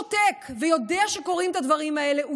אם הוא שותק ויודע שקורים הדברים האלה,